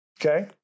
Okay